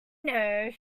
know